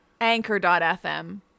Anchor.fm